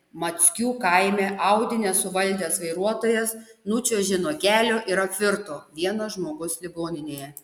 mackių kaime audi nesuvaldęs vairuotojas nučiuožė nuo kelio ir apvirto vienas žmogus ligoninėje